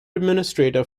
administrator